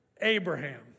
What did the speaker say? Abraham